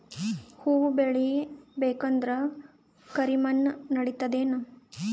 ಹುವ ಬೇಳಿ ಬೇಕಂದ್ರ ಕರಿಮಣ್ ನಡಿತದೇನು?